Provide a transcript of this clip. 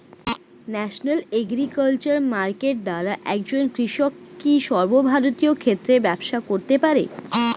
National agriculture market দ্বারা একজন কৃষক কি সর্বভারতীয় ক্ষেত্রে ব্যবসা করতে পারে?